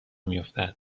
میافتد